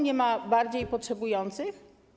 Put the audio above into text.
Nie ma bardziej potrzebujących?